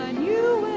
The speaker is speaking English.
you